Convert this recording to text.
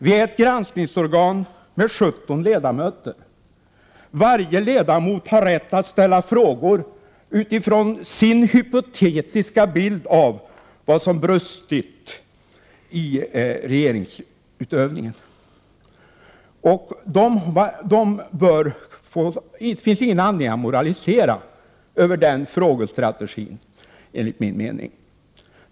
Vi är ett granskningsorgan med 17 ledamöter. Varje ledamot har rätt att ställa frågor utifrån sin hypotetiska bild av vad som har brustit i regeringsutövningen. Det finns enligt min mening inte någon anledning att moralisera över den frågestrategin.